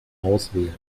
auswählen